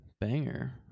banger